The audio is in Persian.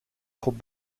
خوب